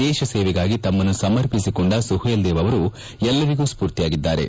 ದೇಶ ಸೇವೆಗಾಗಿ ತಮ್ಮನ್ನು ಸಮರ್ಪಿಸಿಕೊಂಡ ಸುಹೇಲ್ದೇವ್ ಅವರು ಎಲ್ಲರಿಗೂ ಸ್ಫೂರ್ತಿಯಾಗಿದ್ದಾರೆ